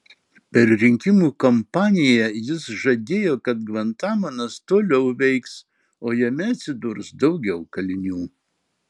per rinkimų kampaniją jis žadėjo kad gvantanamas toliau veiks o jame atsidurs daugiau kalinių